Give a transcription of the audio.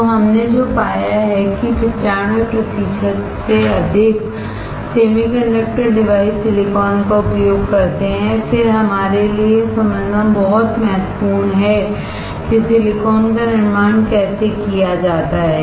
तो हमने जो पाया है कि 95 प्रतिशत से अधिक सेमी कंडक्टर डिवाइस सिलिकॉनका उपयोग करते हैं फिर हमारे लिए यह समझना बहुत महत्वपूर्ण है कि सिलिकॉन का निर्माण कैसे किया जाता है